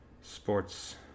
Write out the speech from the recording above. Sports